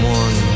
one